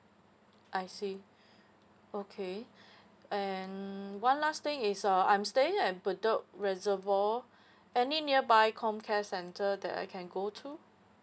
I see okay and one last thing is uh I'm staying at bedok reservoir any nearby com care center that I can go to